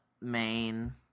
main